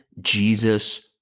Jesus